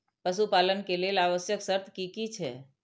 पशु पालन के लेल आवश्यक शर्त की की छै?